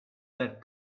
that